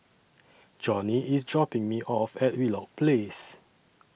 Johnny IS dropping Me off At Wheelock Place